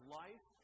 life